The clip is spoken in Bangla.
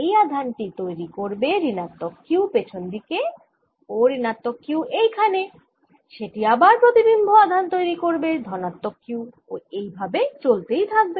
এই আধান টি তৈরি করবে ঋণাত্মক Q পেছন দিকে ও ঋণাত্মক Q এখানে সেটি আবার প্রতিবিম্ব আধান তৈরি করবে ধনাত্মক Q ও এই ভাবে চলতে থাকবে